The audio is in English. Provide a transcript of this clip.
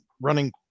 running